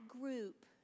group